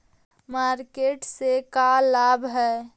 Market से का लाभ है?